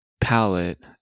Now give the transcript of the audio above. palette